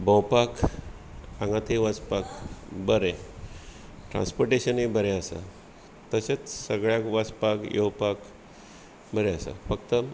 भोंवपाक हांगा थंय वचपाक बरें ट्रान्सपॉर्टेशनूय बरें आसा तशेंच सगळ्याक वचपाक येवपाक बरें आसा फक्त